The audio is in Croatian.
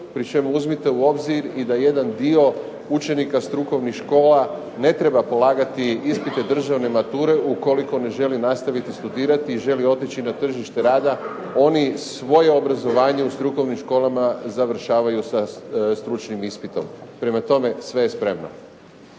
pri čemu uzmite u obzir i da jedan dio učenika strukovnih škola ne treba polagati ispite državne mature ukoliko ne želi nastaviti studirati i želi otići na tržište rada. Oni svoje obrazovanje u strukovnim školama završavaju sa stručnim ispitom. Prema tome, sve je spremno.